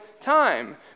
time